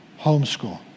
homeschool